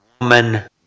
woman